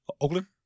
Oakland